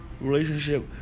relationship